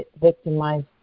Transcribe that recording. victimized